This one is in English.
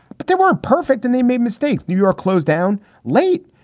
but they were perfect and they made mistakes. new york closed down late.